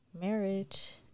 marriage